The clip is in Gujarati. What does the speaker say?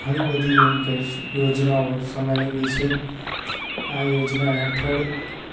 ઘણી બધી એમ કે યોજનાઓ સમાયેલી છે આ યોજના હેઠળ